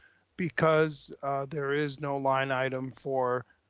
because there is no line item for,